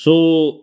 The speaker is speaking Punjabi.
ਸੋ